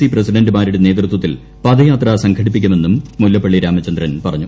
C പ്രസിഡന്റുമാരുടെ നേതൃത്വത്തിൽ പദയാത്ര സംഘടിപ്പിക്കുമെന്നും മുല്ലപ്പള്ളി രാമചന്ദ്രൻ പറഞ്ഞു